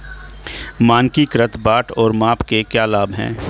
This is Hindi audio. मानकीकृत बाट और माप के क्या लाभ हैं?